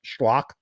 schlock